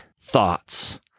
thoughts